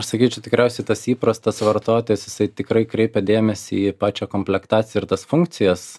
aš sakyčiau tikriausiai tas įprastas vartotojas jisai tikrai kreipia dėmesį į pačią komplektaciją ir tas funkcijas